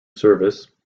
service